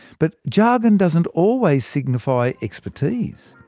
but jargon doesn't always signify expertise.